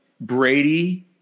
brady